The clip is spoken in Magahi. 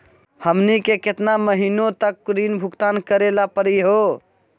हमनी के केतना महीनों तक ऋण भुगतान करेला परही हो?